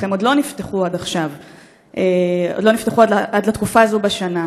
אך הם עוד לא נפתחו עד לתקופה זו בשנה.